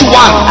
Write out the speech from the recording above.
one